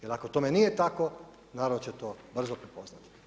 Jer ako tome nije tako, narod će to brzo prepoznati.